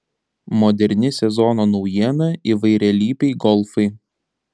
moderni sezono naujiena įvairialypiai golfai